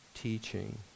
teaching